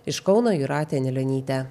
iš kauno jūratė anilionytė